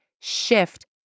shift